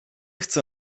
chcę